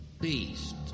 Beast